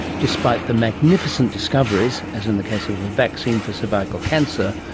despite the magnificent discoveries, as in the case of a vaccine for cervical cancer,